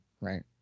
right